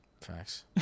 Facts